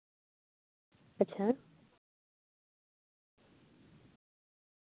ᱟᱪᱪᱷᱟ